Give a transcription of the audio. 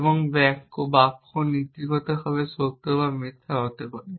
এবং বাক্য নীতিগতভাবে সত্য বা মিথ্যা হতে পারে